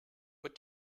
what